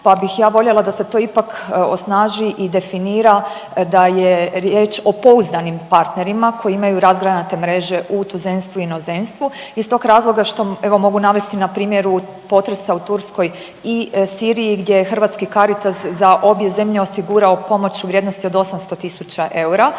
pa bih ja voljela da se to ipak osnaži i definira da je riječ o pouzdanim partnerima koji imaju razgranate mreže u tuzemstvu i inozemstvu iz tog razloga što evo mogu navesti na primjeru potresa u Turskoj i Siriji gdje je Hrvatski Caritas u za obje zemlje osigurao pomoć u vrijednosti od 800 tisuća